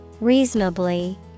Reasonably